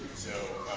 so